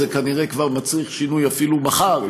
כנראה כבר צריך שינוי אפילו מחר,